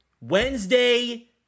wednesday